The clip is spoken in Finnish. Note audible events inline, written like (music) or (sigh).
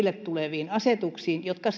tuleviin asetuksiin jotka (unintelligible)